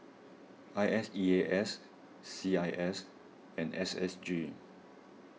I S E A S C I S and S S G